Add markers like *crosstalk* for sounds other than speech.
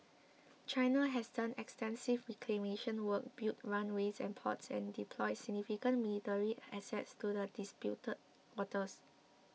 *noise* China has done extensive reclamation work built runways and ports and deployed significant military assets to the disputed waters